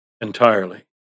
entirely